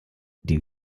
die